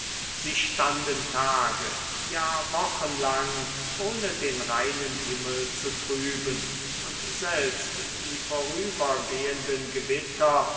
sie standen tage ja wochen lang ohne den reinen himmel zu trüben und selbst die vorübergehenden gewitter